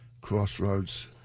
Crossroads